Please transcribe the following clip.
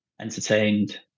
entertained